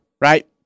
right